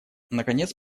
наконец